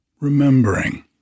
Remembering